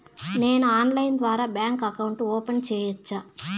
నేను ఆన్లైన్ ద్వారా bank account open సేయొచ్చా?